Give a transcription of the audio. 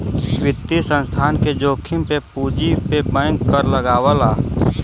वित्तीय संस्थान के जोखिम पे पूंजी पे बैंक कर लगावल जाला